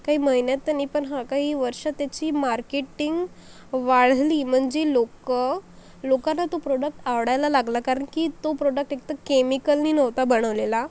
काही महिन्यात त्यांनी पण हां काही वर्षात त्याची मार्केटिंग वाढली म्हणजे लोकं लोकांना तो प्रोडक्ट आवडायला लागला कारण की तो प्रोडक्ट एक तर केमिकलनी नव्हता बनवलेला